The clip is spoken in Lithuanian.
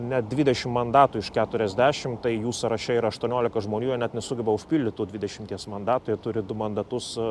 net dvidešimt mandatų iš keturiasdešimt tai jų sąraše yra aštuoniolika žmonių jie net nesugeba užpildyt tų dvidešimties mandatų turi du mandatus